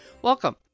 Welcome